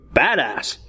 badass